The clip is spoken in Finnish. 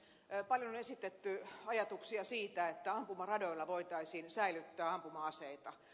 paljon on esitetty ajatuksia siitä että ampumaradoilla voitaisiin säilyttää ampuma aseita